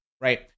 right